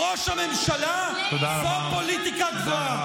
ראש הממשלה, זאת פוליטיקה גבוהה.